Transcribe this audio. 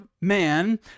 man